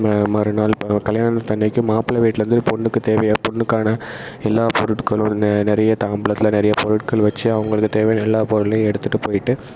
ம மறுநாள் இப்போ ஒரு கல்யாணத்து அன்னைக்கு மாப்பிளை வீட்டிலேருந்து பொண்ணுக்குத் தேவையை பொண்ணுக்கான எல்லாப் பொருட்களும் அது நெ நிறைய தாம்பூலத்தில் நிறைய பொருட்கள் வச்சு அவங்களுக்குத் தேவையான எல்லாப் பொருளையும் எடுத்துட்டுப் போய்ட்டு